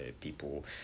people